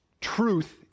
truth